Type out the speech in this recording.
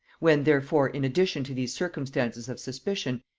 when therefore, in addition to these circumstances of suspicion,